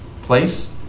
place